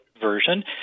version